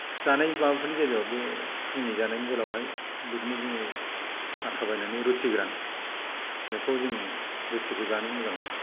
जानाय माबाफोरनि गेजेराव बे फुंनि जानायनि बेलायावहाय बिदिनो जोङो आथा बायनानै रुथि गोरान बेखौ जोङो रुथिखौ जानो मोजां मोनो